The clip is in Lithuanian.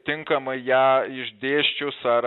tinkamai ją išdėsčius ar